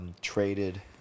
Traded